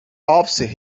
office